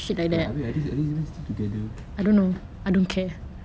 habis are they even still together